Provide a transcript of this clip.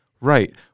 Right